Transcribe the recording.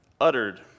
uttered